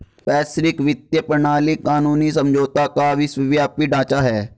वैश्विक वित्तीय प्रणाली कानूनी समझौतों का विश्वव्यापी ढांचा है